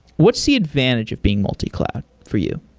what's the advantage of being multi-cloud for you?